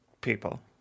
people